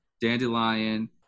dandelion